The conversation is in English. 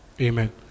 Amen